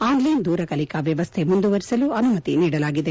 online ದೂರ ಕಲಿಕಾ ವ್ಲವಶ್ಹ ಮುಂದುವರಿಸಲು ಅನುಮತಿ ನೀಡಲಾಗಿದೆ